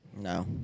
No